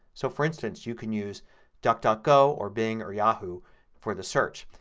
so, for instance, you can use duckduckgo or bing or yahoo for the search.